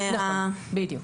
בדיוק.